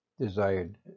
desired